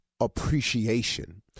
appreciation